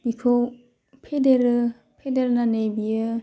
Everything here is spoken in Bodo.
बेखौ फेदेरो फेदेरनानै बेयो